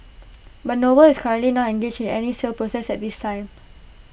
but noble is currently not engaged in any sale process at this time